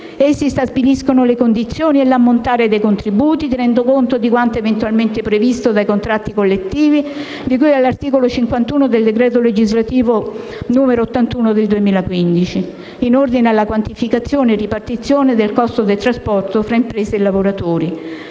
Essi stabiliscono le condizioni e l'ammontare dei contributi tenendo conto di quanto eventualmente previsto dai contratti collettivi di cui all'articolo 51 del decreto legislativo 15 giugno 2015, n. 81, in ordine alla quantificazione e ripartizione del costo del trasporto tra imprese e lavoratori.